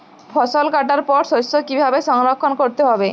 ফসল কাটার পর শস্য কীভাবে সংরক্ষণ করতে হবে?